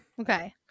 Okay